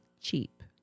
cheap